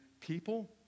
people